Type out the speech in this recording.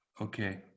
Okay